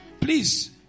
Please